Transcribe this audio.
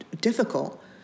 difficult